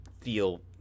feel